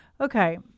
Okay